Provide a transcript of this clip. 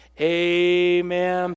Amen